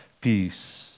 peace